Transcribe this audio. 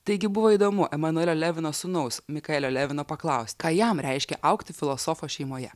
taigi buvo įdomu emanuelio levino sūnaus mikaelio levino paklaust ką jam reiškia augti filosofo šeimoje